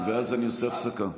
ואז אני עושה הפסקה.